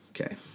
Okay